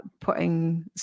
putting